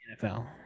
NFL